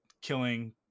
killing